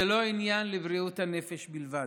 זה לא עניין לבריאות הנפש בלבד,